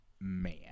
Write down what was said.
man